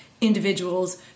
individuals